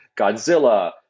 Godzilla